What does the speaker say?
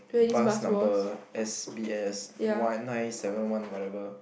bus number S_B_S one nine seven one whatever